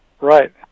Right